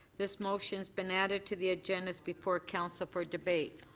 this motion has been added to the agendas before council for debate.